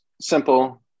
simple